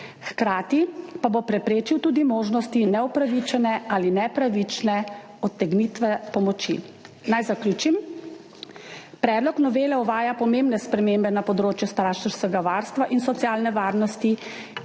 hkrati pa bo preprečil tudi možnosti neupravičene ali nepravične odtegnitve pomoči. Naj zaključim. Predlog novele uvaja pomembne spremembe na področju starševskega varstva in socialne varnosti,